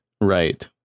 Right